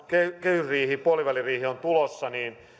kehysriihi puoliväliriihi on tulossa se mikä